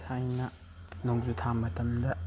ꯊꯥꯏꯅ ꯅꯣꯡꯖꯨ ꯊꯥ ꯃꯇꯝꯗ